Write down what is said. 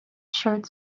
shirt